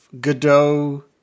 Godot